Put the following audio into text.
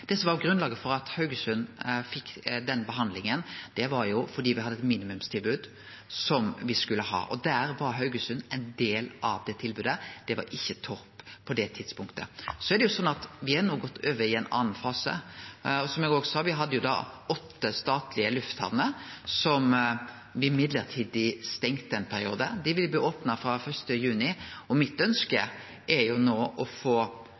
det ikkje-statlege lufthamner som var nemnde. Det som var grunnlaget for at Haugesund fekk den behandlinga, var at me hadde eit minimumstilbod som me skulle ha. Haugesund var ein del av det tilbodet – det var ikkje Torp på det tidspunktet. Me er no gått over i ein annan fase. Som eg òg sa: Me hadde åtte statlege lufthamner som me mellombels stengde ein periode. Dei blir opna frå 1. juni. Mitt ønske er no å få